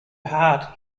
heart